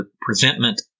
presentment